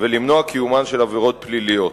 ולמנוע קיומן של עבירות פליליות.